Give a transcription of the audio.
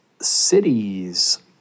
Cities